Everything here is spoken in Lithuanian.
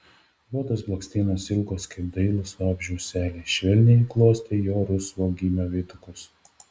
juodos blakstienos ilgos kaip dailūs vabzdžio ūseliai švelniai glostė jo rusvo gymio veidukus